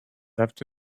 left